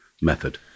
method